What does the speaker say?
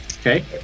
Okay